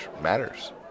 matters